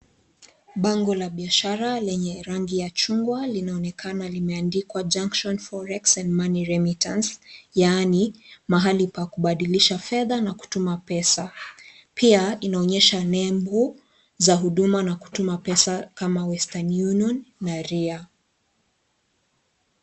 Bango na biashara lenye rangi ya chungwa linaonekana limeandikwa junction Forex and money remittance yaani mahali pa kubadilisha fedha na kutuma pesa pia inaonyesha nembu za huduma na kutuma pesa kama western union na RIA.